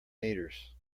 meters